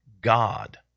God